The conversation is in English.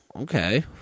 Okay